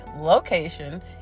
location